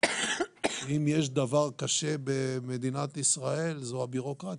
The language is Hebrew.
אם יש דבר קשה במדינת ישראל זו הביורוקרטיה.